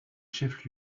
chef